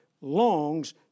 longs